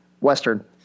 Western